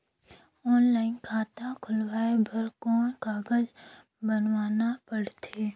Online खाता खुलवाय बर कौन कागज बनवाना पड़थे?